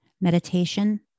meditation